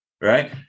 Right